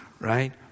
Right